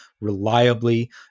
reliably